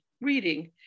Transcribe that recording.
reading